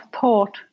thought